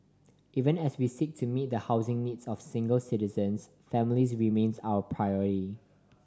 even as we seek to meet the housing needs of single citizens families remains our priority